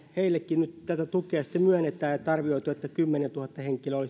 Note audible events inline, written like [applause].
heillekin nyt tätä tukea sitten myönnetään ja on arvioitu että kymmenentuhatta henkilöä [unintelligible]